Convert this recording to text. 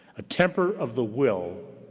a temper of the will,